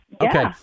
Okay